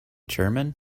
german